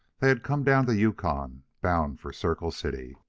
they had come down the yukon, bound for circle city.